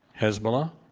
hezbollah,